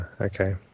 okay